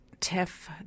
TIFF